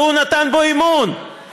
והוא נתן בו אמון,